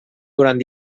durant